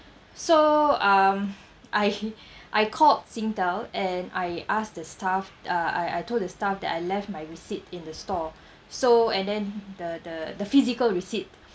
so um I I called Singtel and I asked the staff uh I I told the staff that I left my receipt in the store so and then the the the physical receipt